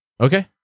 Okay